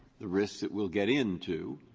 the risks that we'll get into,